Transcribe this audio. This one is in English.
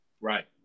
right